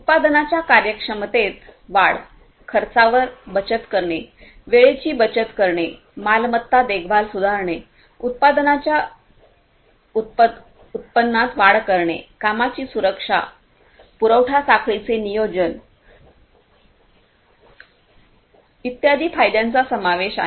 उत्पादनांच्या कार्यक्षमतेत वाढ खर्चांवर बचत करणे वेळेची बचत करणे मालमत्ता देखभाल सुधारणे उत्पादनाच्या उत्पादनात वाढ करणे कामाची सुरक्षा पुरवठा साखळीचे नियोजन इत्यादी फायद्यांचा समावेश आहे